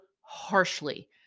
harshly